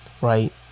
right